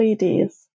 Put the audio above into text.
LEDs